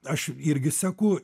aš irgi seku